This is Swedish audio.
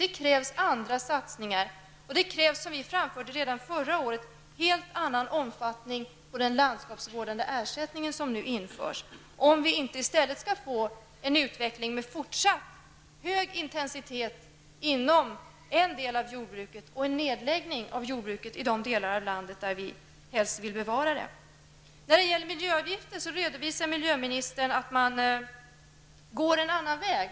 Det krävs andra satsningar och, som vi framhöll redan förra året, en helt annan omfattning av den landskapsvårdande ersättning som nu införs, om vi inte i stället skall få en utveckling med fortsatt hög intensitet inom en del av jordbruket och en nedläggning av jordbruket i de delar av landet där vi helst vill bevara det. I fråga om miljöavgiften redovisar miljöministern att man går en annan väg.